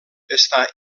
està